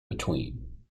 between